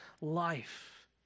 life